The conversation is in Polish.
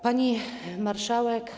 Pani Marszałek!